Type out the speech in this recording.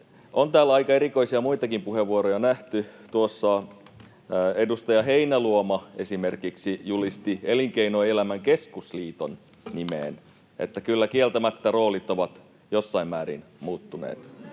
on täällä aika erikoisia muitakin puheenvuoroja nähty. Tuossa edustaja Heinäluoma esimerkiksi julisti Elinkeinoelämän keskusliiton nimeen — että kyllä kieltämättä roolit ovat jossain määrin muuttuneet.